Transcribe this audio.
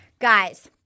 Guys